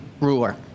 ruler